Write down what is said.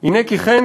"הנה כי כן,